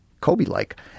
Kobe-like